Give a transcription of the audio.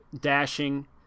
dashing